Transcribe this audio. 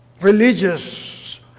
religious